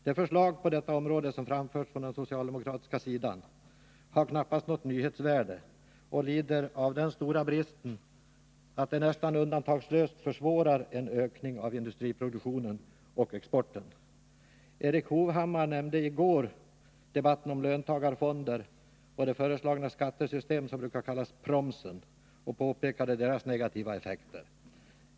De förslag på detta område som framförts från den socialdemokratiska sidan saknar nyhetsvärde och lider av den stora bristen att de nästan undantagslöst försvårar ökningen av industriproduktionen och exporten. Erik Hovhammar nämnde i går debatten om löntagarfonder och det föreslagna skattesystem som brukar kallas promsen och påpekade de negativa effekterna.